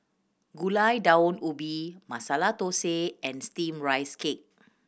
Gulai Daun Ubi Masala Thosai and Steamed Rice Cake